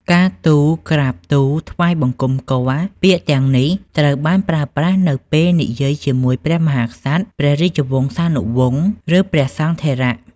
ការទូល ក្រាបទូល ថ្វាយបង្គំគាល់ ពាក្យទាំងនេះត្រូវបានប្រើប្រាស់នៅពេលនិយាយជាមួយព្រះមហាក្សត្រ ព្រះរាជវង្សានុវង្ស ឬព្រះសង្ឃថេរ។